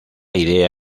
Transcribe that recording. idea